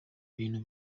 bintu